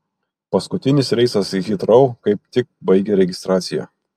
paskutinis reisas į hitrou kaip tik baigė registraciją